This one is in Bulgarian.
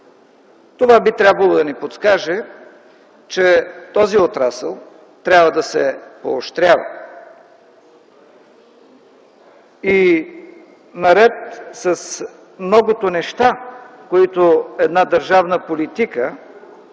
Това би трябвало да ни подскаже, че този отрасъл трябва да се поощрява. Наред с многото неща, които една държавна политика